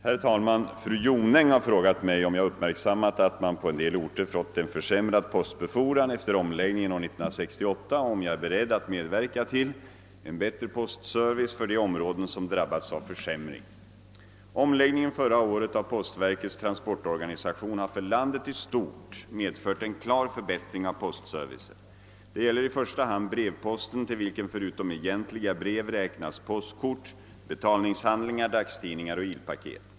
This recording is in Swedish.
Herr talman! Fru Jonäng har frågat mig, om jag uppmärksammat att man på en del orter fått en försämrad postbefordran efter omläggningen år 1968 och om jag är beredd att medverka till en bättre postservice för de områden som drabbats av försämring. Omläggningen förra året av postverkets transportorganisation har för landet i stort medfört en klar förbättring av postservicen. Det gäller i första hand brevposten, till vilken förutom egentliga brev räknas postkort, betalningshandlingar, dagstidningar och ilpaket.